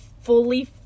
fully